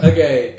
Okay